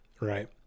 right